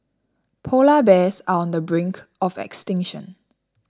Polar Bears are on the brink of extinction